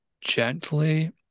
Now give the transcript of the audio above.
gently